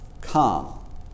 Come